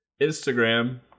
Instagram